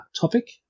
topic